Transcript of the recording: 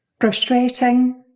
Frustrating